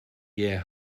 year